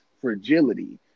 fragility